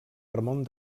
ramon